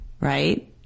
Right